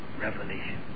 revelation